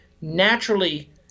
naturally